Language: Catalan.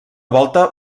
volta